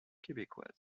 québécoise